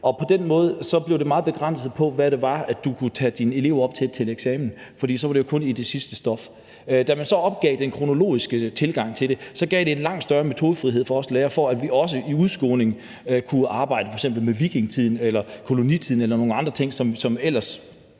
På den måde blev det meget begrænset, hvad det var, du kunne tage dine elever op til eksamen i, for så var det jo kun i det sidste stof. Da man så opgav den kronologiske tilgang til det, gav det en langt større metodefrihed for os lærere, i forhold til at vi også i udskolingen kunne arbejde med f.eks. vikingetiden eller kolonitiden eller nogle andre ting, som ellers